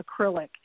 acrylic